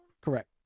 Correct